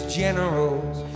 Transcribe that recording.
generals